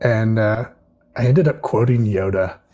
and i ended up quoting yoda.